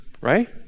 right